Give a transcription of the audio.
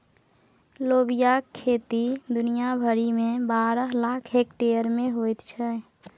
लोबियाक खेती दुनिया भरिमे बारह लाख हेक्टेयर मे होइत छै